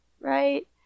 Right